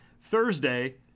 Thursday